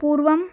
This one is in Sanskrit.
पूर्वम्